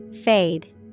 Fade